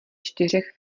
čtyřech